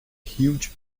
huge